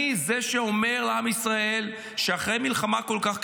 אני זה שאומר לעם ישראל שאחרי מלחמה כל כך קשה,